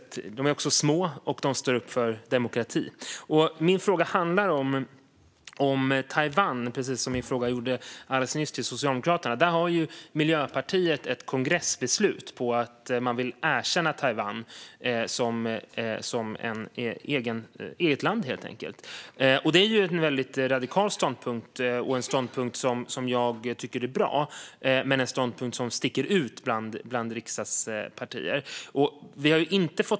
De är också små, och de står upp för demokrati. Min fråga handlar om Taiwan, precis som min fråga till Socialdemokraterna alldeles nyss gjorde. Där har Miljöpartiet ett kongressbeslut på att man vill erkänna Taiwan som ett eget land. Det är ju en väldigt radikal ståndpunkt och en ståndpunkt som jag tycker är bra, men det är en ståndpunkt som sticker ut bland riksdagens partier.